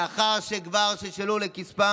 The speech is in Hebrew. לאחר שכבר שלשלו לכיסם